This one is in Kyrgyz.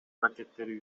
аракеттери